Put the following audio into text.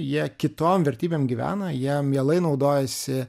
jie kitom vertybėm gyvena jie mielai naudojasi